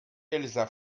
elsa